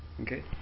Okay